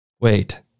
Wait